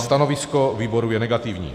Stanovisko výboru je negativní.